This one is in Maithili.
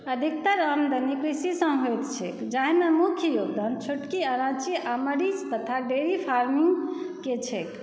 अधिकतर आमदनी कृषिसँ होइत छै जाहिमे मुख्य योगदान छोटकी अराँची आओर मरीच तथा डेयरी फार्मिङ्गके छै